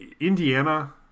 Indiana